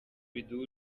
biduha